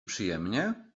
przyjemnie